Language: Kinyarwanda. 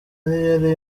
yari